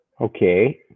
Okay